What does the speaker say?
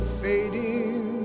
fading